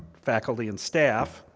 faculty, and staff.